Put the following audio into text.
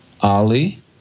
Ali